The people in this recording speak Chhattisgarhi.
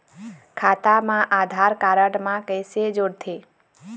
खाता मा आधार कारड मा कैसे जोड़थे?